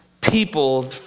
people